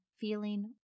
feeling